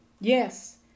Yes